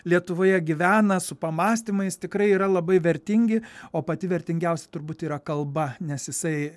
lietuvoje gyvena su pamąstymais tikrai yra labai vertingi o pati vertingiausia turbūt yra kalba nes jisai